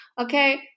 Okay